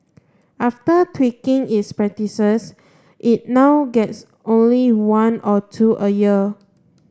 after tweaking its practices it now gets only one or two a year